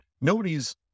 nobody's